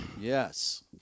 Yes